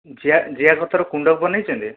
ଜିଆ ଜିଆ ଖତରେ କୁଣ୍ଡ ବନେଇଛନ୍ତି